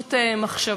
גמישות מחשבתית,